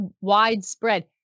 widespread